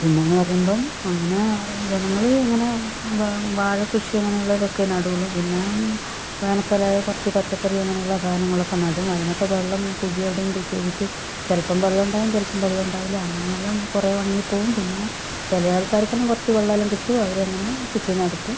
പിന്നേന്ന് പറയുമ്പം അങ്ങനെ ജനങ്ങള് അങ്ങനെ വാഴ വാഴക്കൃഷി അങ്ങിനെയുള്ളതൊക്കെ നടൂള്ളൂ പിന്നെ വേനൽക്കാലായാൽ കുറച്ച് പച്ചക്കറി അങ്ങനെയുള്ള സാധനങ്ങളൊക്കെ നടും അതിനൊക്കെ വെള്ളം കുഴി എവിടെയെങ്കിലും കുഴിച്ചുവെച്ചിട്ട് ചിലപ്പം വെള്ളോണ്ടാവും ചിലപ്പം വെള്ളോണ്ടാവൂല അങ്ങനെയെല്ലാം കുറെ ഒണങ്ങിപ്പോവും പിന്നേ ചെല ആൾക്കാർക്കെല്ലാം കുറച്ച് വെള്ളോല്ലാം കിട്ടും അവരങ്ങിനെ കൃഷി നടത്തും